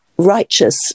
righteous